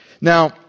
Now